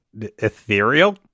ethereal